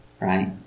Right